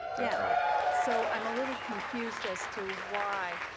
yeah so i'm a little confused as to why,